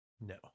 No